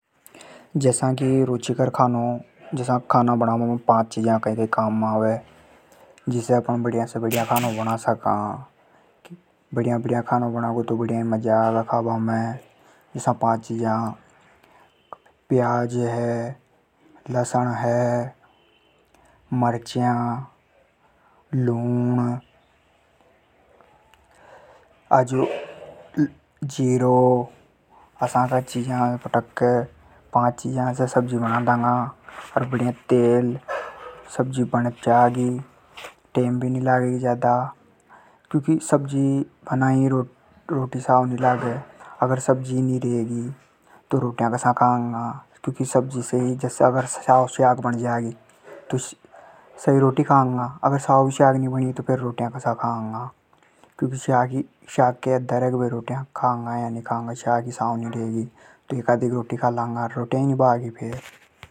जसा की रुचिकर खानों बणाबा में कई चीजा काम में आवे जिसे बढ़िया खानों बणा सका। बढ़िया बणेगो तो बढ़िया मजा आगा खाबा में। प्याज, लहसुन, जीरो, मरचा, लूण जिसे साग बढ़िया बढ़े। सब्जी बना रोटी साव नी लागे। ऊके बना रोटी नी भावे।